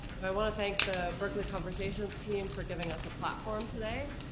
so i wanna thank the berkeley conversations team for giving us a platform today.